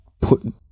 put